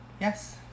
Yes